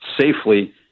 safely